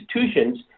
institutions